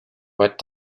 what